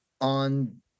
On